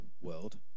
world